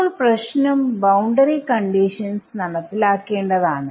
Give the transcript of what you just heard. അപ്പോൾ പ്രശനം boundary conditions നടപ്പിലാക്കേണ്ടതാണ്